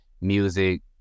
music